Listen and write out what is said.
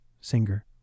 singer